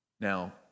Now